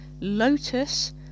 Lotus